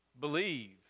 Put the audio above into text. believe